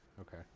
Okay